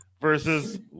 versus